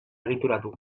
egituratu